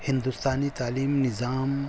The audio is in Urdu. ہندوستانی تعلیم نظام